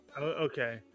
okay